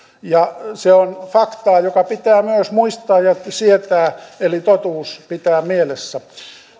ja se on faktaa joka pitää myös muistaa ja sietää eli totuus pitää mielessä